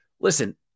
listen